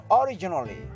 originally